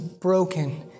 broken